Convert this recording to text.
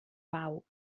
pau